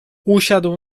usiadł